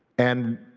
and